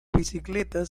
bicicletas